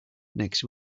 next